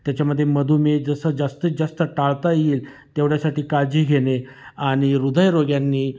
त्याच्यामध्ये मधुमेह जसं जास्तीत जास्त टाळता येईल तेवढ्यासाठी काळजी घेणे आणि हृदयरोग्यांनी